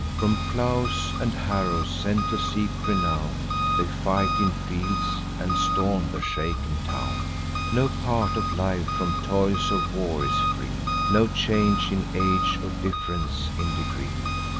from plows and harrows sent to seek renown, they fight in fields and storm the shaken town. no part of life from toils of war is free, no change in age, or diff'rence in degree.